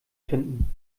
finden